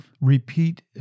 repeat